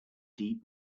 deep